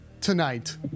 tonight